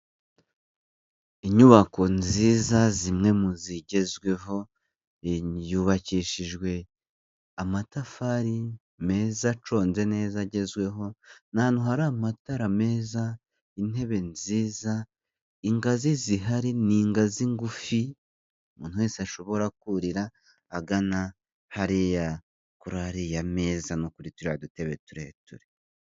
Inyubako nziza zimwe mu zigezweho, yubakishijwe amatafari meza aconze neza agezweho, ni hari amatara meza, intebe nziza, ingazi zihari ni ingazi ngufi, umuntu wese ashobora kurira agana hariya kuri ariya meza no kuri turiya dutebe tureture.